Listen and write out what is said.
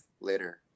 later